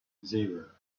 zero